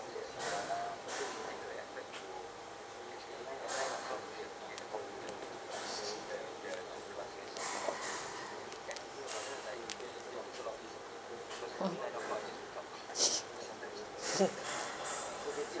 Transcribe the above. mm